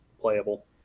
playable